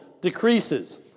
decreases